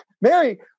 Mary